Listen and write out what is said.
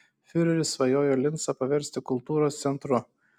fiureris svajojo lincą paversti kultūros centru